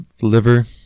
liver